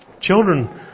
children